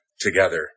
together